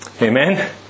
Amen